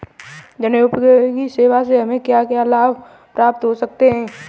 जनोपयोगी सेवा से हमें क्या क्या लाभ प्राप्त हो सकते हैं?